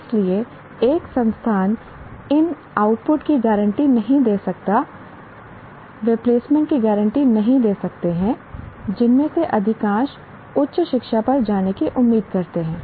इसलिए एक संस्थान इन आउटपुट की गारंटी नहीं दे सकता है वे प्लेसमेंट की गारंटी नहीं दे सकते हैं जिनमें से अधिकांश उच्च शिक्षा पर जाने की उम्मीद करते हैं